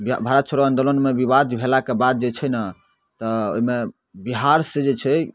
भारत छोड़ो आन्दोलनमे विवाद भेलाके बाद जे छै ने तऽ ओहिमे बिहार से जे छै